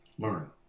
learn